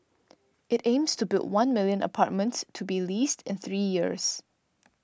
it aims to build one million apartments to be leased in three years